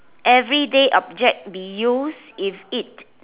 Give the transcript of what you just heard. everyday object be used if it